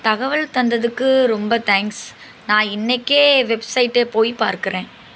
தகவல் தந்ததுக்கு ரொம்ப தேங்க்ஸ் நான் இன்றைக்கே வெப்சைட்டை போய் பார்க்கிறேன்